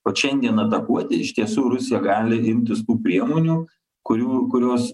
vat šiandien atakuoti iš tiesų rusija gali imtis tų priemonių kurių kurios